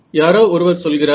யாரோ ஒருவர் சொல்கிறார்